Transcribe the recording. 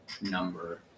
number